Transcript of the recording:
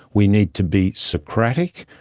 we need to be socratic.